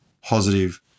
positive